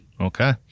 Okay